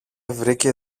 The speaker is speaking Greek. βρήκε